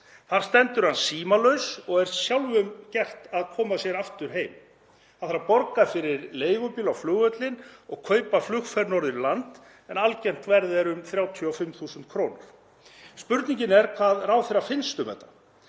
Þar stendur hann símalaus og er sjálfum gert að koma sér aftur heim. Hann þarf að borga fyrir leigubíl á flugvöllinn og kaupa flugferð norður í land en algengt verð er um 35.000 kr. Spurningin er hvað ráðherra finnst um þetta.